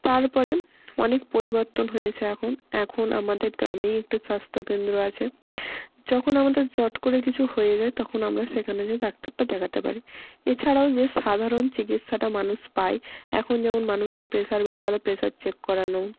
তারপরে অনেক পরিবর্তন হয়েছে এখন এখন আমাদের গ্রামেই একটা স্বাস্থ্যকেন্দ্র আছে যখন আমাদের চট করে কিছু হয়ে যায় তখন আমরা সেখানে যেয়ে ডাক্তারটা দেখাতে পারি এছাড়াও যে সাধারণ চিকিৎসাটা মানুষ পায় এখন যেমন মানুষের প্রেশার বেড়ে গেলে প্রেশার চেক করানো